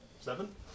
Seven